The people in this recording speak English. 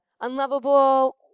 Unlovable